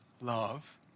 love